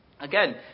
Again